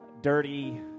dirty